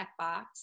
checkbox